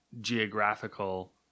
geographical